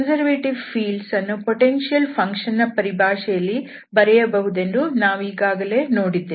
conservative field ಅನ್ನು potential function ನ ಪರಿಭಾಷೆಯಲ್ಲಿ ಬರೆಯಬಹುದೆಂದು ನಾವೀಗಾಗಲೇ ನೋಡಿದ್ದೇವೆ